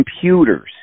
computers